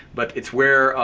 but it's where.